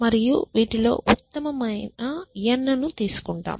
మరియు వీటిలో ఉత్తమమైన n ను తీసుకుంటాం